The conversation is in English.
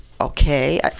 okay